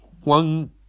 one